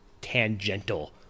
tangential